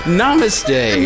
namaste